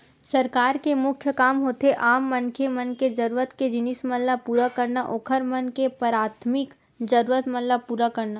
सरकार के मुख्य काम होथे आम मनखे मन के जरुरत के जिनिस मन ल पुरा करना, ओखर मन के पराथमिक जरुरत मन ल पुरा करना